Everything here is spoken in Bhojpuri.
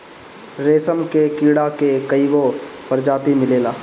रेशम के कीड़ा के कईगो प्रजाति मिलेला